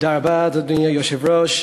אדוני היושב-ראש,